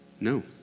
No